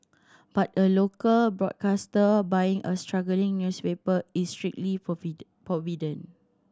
but a local broadcaster buying a struggling newspaper is strictly forbidden